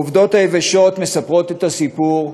העובדות היבשות מספרות את הסיפור.